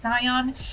Sion